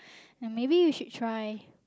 maybe we should try